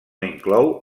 inclou